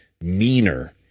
meaner